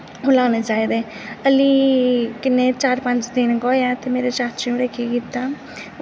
लाने चाहिदे हाली किन्ने चार पंज दिन गै होए ऐं ते मेरे चाचू नै केह् कीता